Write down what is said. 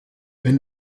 wenn